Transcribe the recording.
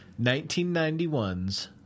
1991's